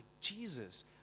Jesus